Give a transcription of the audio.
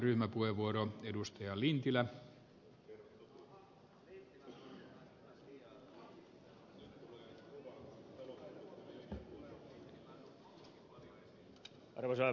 arvoisa herra puhemies